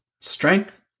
strength